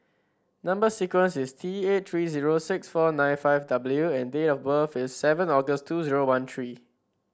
number sequence is T eight three zero six four nine five W and date of birth is seven August two zero one three